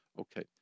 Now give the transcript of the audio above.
Okay